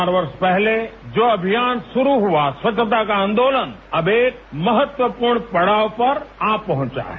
चार वर्ष पहले जो अभियान शुरू हुआ स्वच्छता का आन्दोलन अब एक महत्वपूर्ण पड़ाव पर आ पहुंचा है